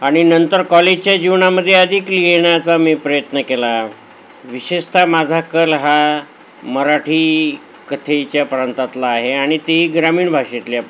आणि नंतर कॉलेजच्या जीवनामध्ये अधिक लिहिण्याचा मी प्रयत्न केला विशेषत माझा कल हा मराठी कथेच्या प्रांतातला आहे आणि ती ग्रामीण भाषेतल्या